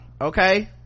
okay